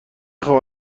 خوام